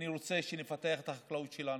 אני רוצה שנפתח את החקלאות שלנו,